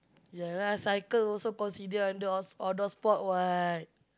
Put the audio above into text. ya lah cycle also consider under outdoor outdoor sport [what]